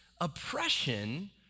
oppression